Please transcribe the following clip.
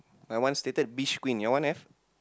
my one stated beach queen your one have